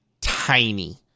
tiny